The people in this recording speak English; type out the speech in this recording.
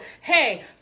hey